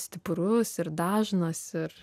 stiprus ir dažnas ir